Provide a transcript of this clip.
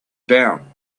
down